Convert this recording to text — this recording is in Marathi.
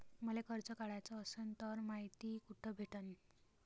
मले कर्ज काढाच असनं तर मायती कुठ भेटनं?